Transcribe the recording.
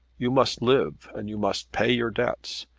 you must live, and you must pay your debts.